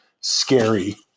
scary